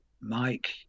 Mike